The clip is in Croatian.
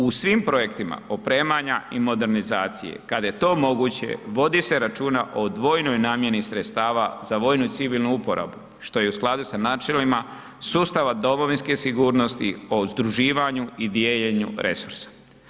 U svim projektima opremanja i modernizacije kad je to moguće vodi se računa o dvojnoj namjeni sredstava za vojno-civilnu uporabu što je u i skladu sa načelima sustava domovinske sigurnosti o združivanju i dijeljenju resursa.